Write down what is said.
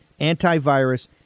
antivirus